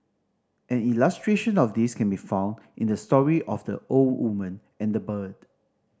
an illustration of this can be found in the story of the old woman and the bird